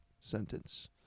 sentence